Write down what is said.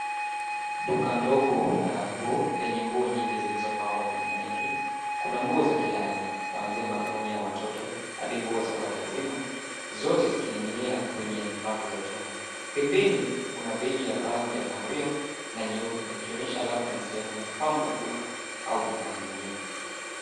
Duka ndogo la nguo lenye nguo nyingi zilizopangwa kwenye laini. Kuna nguo za kila aina, kuanzia magauni ya watoto hadi nguo za watu wazima, zote zikininginia kwenye rafu za chuma. Pembeni, kuna begi ya rangi ya kahawia na nyeupe, likionyesha labda ni sehemu ya mapambo ya duka au bidhaa nyingine.